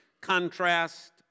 Contrast